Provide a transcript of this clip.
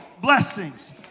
blessings